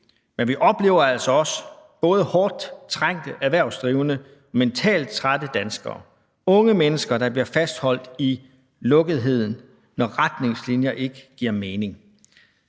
Men vi oplever altså også både hårdt trængte erhvervsdrivende, mentalt trætte danskere og unge mennesker, der bliver fastholdt i lukketheden, når retningslinjer ikke giver mening.